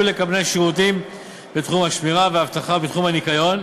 לקבלני שירותים בתחום השמירה והאבטחה ובתחום הניקיון,